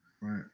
right